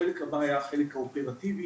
החלק הבא היה החלק האופרטיבי,